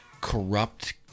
corrupt